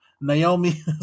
Naomi